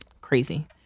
crazy